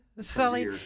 Sully